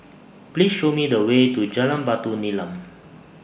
Please Show Me The Way to Jalan Batu Nilam